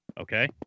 Okay